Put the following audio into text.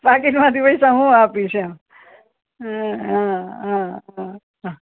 પાકીટમાંથી પૈસા હું આપીશ એમ હા હા હા હા